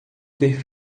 ter